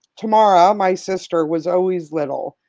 tamara, my sister was always little,